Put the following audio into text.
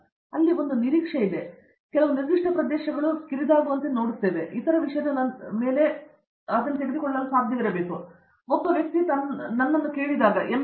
ಆದ್ದರಿಂದ ಅಲ್ಲಿ ಒಂದು ನಿರೀಕ್ಷೆ ಇದೆ ಅವರು ಕೆಲವು ನಿರ್ದಿಷ್ಟ ಪ್ರದೇಶಕ್ಕೆ ಕಿರಿದಾಗುವಂತೆ ಮಾಡುತ್ತಾರೆ ಆದರೆ ಇತರ ವಿಷಯದ ನಂತರ ಅವರು ಅದನ್ನು ತೆಗೆದುಕೊಳ್ಳಲು ಸಾಧ್ಯವಿರಬೇಕು ಏಕೆಂದರೆ ಒಮ್ಮೆ ಒಬ್ಬ ವ್ಯಕ್ತಿಯು ನನ್ನನ್ನು ಕೇಳಿದಾಗ ನಾನು M